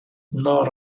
gnawed